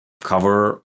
cover